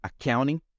accounting